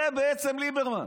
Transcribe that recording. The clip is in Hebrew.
זה ליברמן.